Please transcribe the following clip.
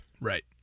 Right